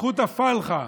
בזכות הפלחה,